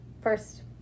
first